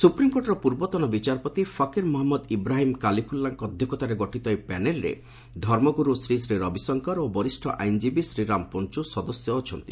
ସୁପ୍ରିମ୍କୋର୍ଟର ପୂର୍ବତନ ବିଚାରପତି ଫକୀର ମହମ୍ମଦ ଇବ୍ରାହିମ୍ କାଲିଫୁଲ୍ଲାଙ୍କ ଅଧ୍ୟକ୍ଷତାରେ ଗଠିତ ଏହି ପ୍ୟାନେଲ୍ରେ ଧର୍ମଗୁରୁ ଶ୍ରୀ ଶ୍ରୀ ରବିଶଙ୍କର ଓ ବରିଷ୍ଣ ଆଇନ୍ଜୀବୀ ଶ୍ରୀରାମ ପଞ୍ଚୁ ସଦସ୍ୟ ଅଛନ୍ତି